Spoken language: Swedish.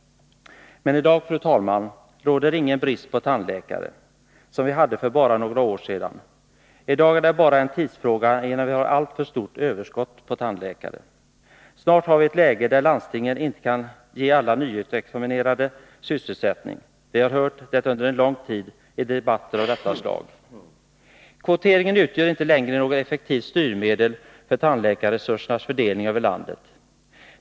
Menii dag, fru talman, råder ingen brist på tandläkare som vi hade för bara några år sedan. I dag är det bara en tidsfråga, innan vi har ett alltför stort överskott på tandläkare. Snart har vi ett läge där landstingen inte kan ge alla nyutexaminerade sysselsättning. Vi har hört det under en lång tid i debatter av detta slag. Kvoteringen utgör inte längre något effektivt styrmedel för tandläkarresursernas fördelning över landet.